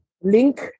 Link